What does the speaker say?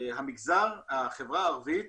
החברה הערבית